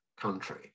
country